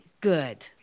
Good